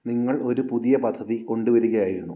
നിങ്ങൾ ഒരു പുതിയ പദ്ധതി കൊണ്ടുവരികയായിരുന്നു